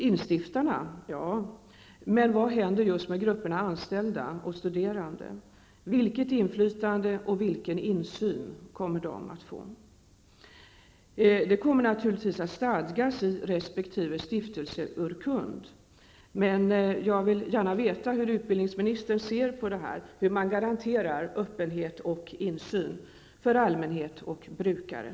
Instiftarna kommer naturligtvis att ha det, men vad händer med just grupperna anställda och studerande? Vilket inflytande och vilken insyn kommer de att få? Det kommer naturligtvis att stadgas i resp. stiftelseurkund, men jag vill gärna veta hur utbildningsministern ser på detta, hur man garanterar öppenhet och insyn för allmänhet och brukare.